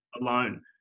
alone